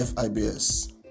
FIBS